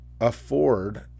afford